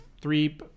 three